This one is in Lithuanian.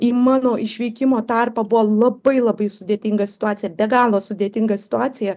į mano išvykimo tarpą buvo labai labai sudėtinga situacija be galo sudėtinga situacija